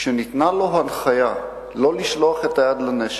כשניתנה לו הנחיה לא לשלוח את היד לנשק,